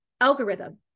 algorithm